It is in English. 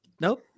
nope